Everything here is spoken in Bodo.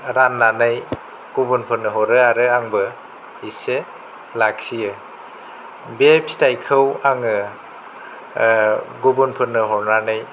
राननानै गुबुनफोरनो हरो आरो आंबो इसे लाखियो बे फिथाइखौ आङो गुबुनफोरनो हरनानै